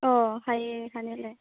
अ हायो हानायालाय